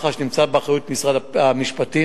מח"ש נמצא באחריות משרד המשפטים,